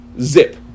zip